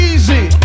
Easy